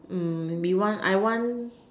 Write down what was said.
mm maybe one I want